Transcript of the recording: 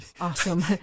Awesome